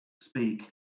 speak